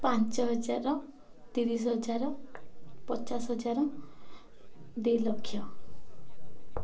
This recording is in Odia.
ପାଞ୍ଚ ହଜାର ତିରିଶ ହଜାର ପଚାଶ ହଜାର ଦୁଇ ଲକ୍ଷ